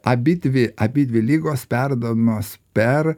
abidvi abidvi ligos perduodamos per